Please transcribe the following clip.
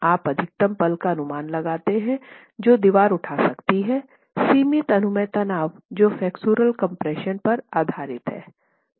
आप अधिकतम पल का अनुमान लगाते हैं जो दीवार उठा सकती हैं सीमित अनुमेय तनाव जो फ्लेक्सोरल कम्प्रेशन पर आधारित है